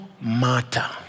matter